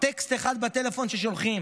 טקסט אחד בטלפון ששולחים.